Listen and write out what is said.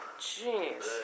Jeez